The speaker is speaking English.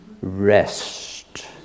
rest